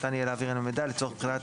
שניתן יהיה להעביר אליהם מידע לצורך בחינת